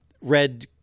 red